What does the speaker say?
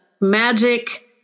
magic